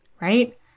right